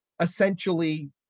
Essentially